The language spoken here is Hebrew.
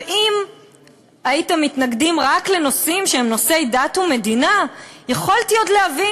אם הייתם מתנגדים רק לנושאים של דת ומדינה יכולתי עוד להבין,